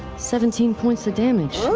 seventeen points of damage.